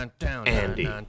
Andy